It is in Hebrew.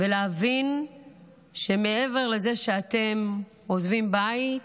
ולהבין שמעבר לזה שאתם עוזבים בית,